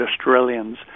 Australians